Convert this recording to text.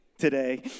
today